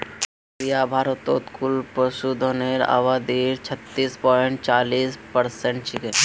बकरियां भारतत कुल पशुधनेर आबादीत छब्बीस पॉइंट चालीस परसेंट छेक